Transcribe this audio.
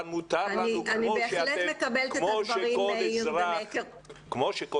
אבל מותר לנו --- אני בהחלט מקבלת את הדברים --- כמו שכל